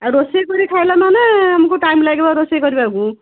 ଆଉ ରୋଷେଇ କରି ଖାଇଲା ମାନେ ଆମକୁ ଟାଇମ୍ ଲାଗିବ ରୋଷେଇ କରିବାକୁ